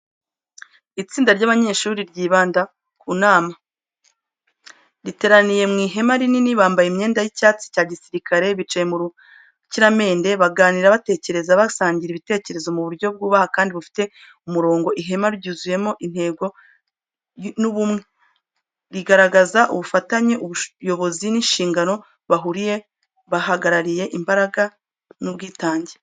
Itsinda ry'abanyeshuri ryibanda ku nama, riteraniye mu ihema rinini, bambaye imyenda y’icyatsi cya gisirikare. Bicaye mu rukiramende, baganira batekereza, basangira ibitekerezo mu buryo bwubaha kandi bufite umurongo. Ihema ryuzuyemo intego n’ubumwe, rigaragaza ubufatanye, ubuyobozi n’inshingano bahuriyeho. Bahagarariye imbaraga n’ubwitange.